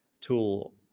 tool